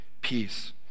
peace